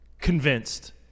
convinced